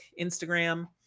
Instagram